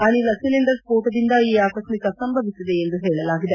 ಅನಿಲ ಸಿಲಿಂಡರ್ ಸ್ವೋಟದಿಂದ ಈ ಆಕಸ್ಟಿಕ ಸಂಭವಿಸಿದೆ ಎಂದು ಹೇಳಲಾಗಿದೆ